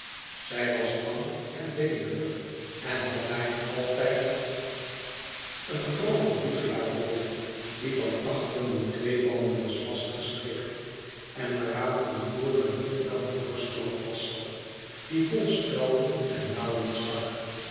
zij was lang en beenderig en had bijna altijd een groven boegeoote verwachtingen zelaar voor die van achteren met tweebanden was vastgestrikt en waaraan van voren een vierkante borstlap vastzat die vol speiden en naalden stak